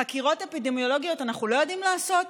חקירות אפידמיולוגיות אנחנו לא יודעים לעשות,